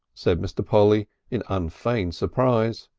said mr. polly in unfeigned surprise.